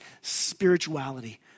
spirituality